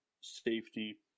safety